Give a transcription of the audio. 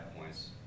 points